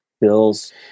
Bills